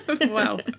Wow